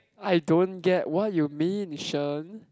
I don't get what you mean Shen